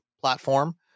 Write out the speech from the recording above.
platform